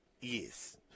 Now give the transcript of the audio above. Yes